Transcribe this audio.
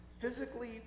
physically